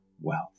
wealth